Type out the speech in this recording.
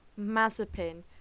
Mazepin